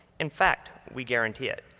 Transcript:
in fact, we guarantee it.